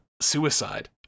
suicide